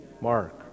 mark